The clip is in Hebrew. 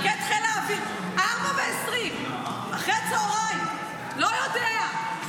מפקד חיל האוויר, 16:20, לא יודע.